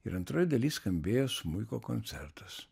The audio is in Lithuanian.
ir antroj daly skambėjo smuiko koncertas